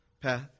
path